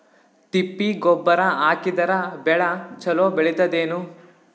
ತಿಪ್ಪಿ ಗೊಬ್ಬರ ಹಾಕಿದರ ಬೆಳ ಚಲೋ ಬೆಳಿತದೇನು?